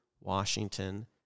Washington